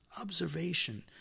observation